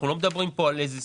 אנחנו לא מדברים פה על סכום עתק.